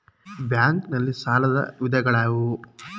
Bank ನಲ್ಲಿ ಸಾಲದ ವಿಧಗಳಾವುವು?